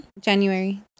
January